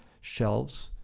shelves,